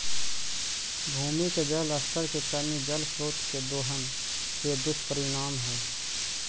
भूमि के जल स्तर के कमी जल स्रोत के दोहन के दुष्परिणाम हई